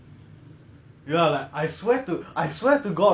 oh my god